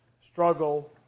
struggle